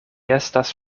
estas